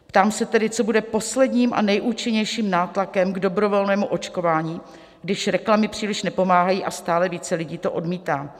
Ptám se tedy, co bude posledním a nejúčinnějším nátlakem k dobrovolnému očkování, když reklamy příliš nepomáhají a stále více lidí to odmítá?